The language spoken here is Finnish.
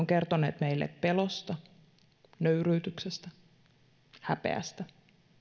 kertoneet meille pelosta nöyryytyksestä häpeästä